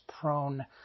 prone